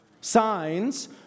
Signs